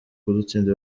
kudutsinda